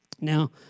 Now